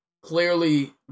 clearly